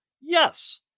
Yes